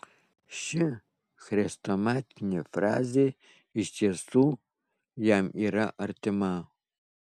ši chrestomatinė frazė iš tiesų jam yra artima